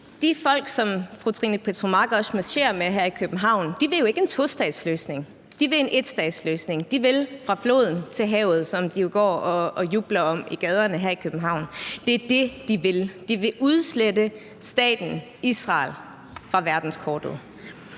De folk, som fru Trine Pertou Mach også marcherer med her i København, vil jo ikke en tostatsløsning, de vil en etstatsløsning. De vil fra floden til havet, som de jo går og jubler om i gaderne her i København. Det er det, de vil. De vil udslette staten Israel fra verdenskortet.